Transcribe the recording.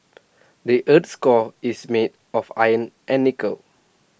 the Earth's core is made of iron and nickel